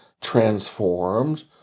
transformed